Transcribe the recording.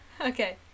okay